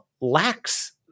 lacks